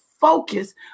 focus